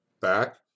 back